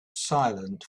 silent